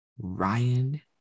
ryan